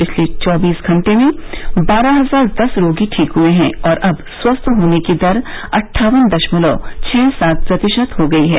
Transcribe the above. पिछले चौबीस घंटे में बारह हजार दस रोगी ठीक हुए हैं और अब स्वस्थ होने की दर अट्ठावन दशमलव छह सात प्रतिशत हो गई है